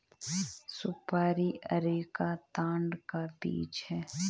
सुपारी अरेका ताड़ का बीज है